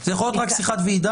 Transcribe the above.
זה יכול להיות רק שיחת ועידה?